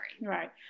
Right